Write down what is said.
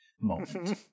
moment